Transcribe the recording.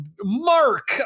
mark